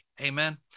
Amen